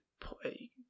play